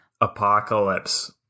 apocalypse